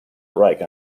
riker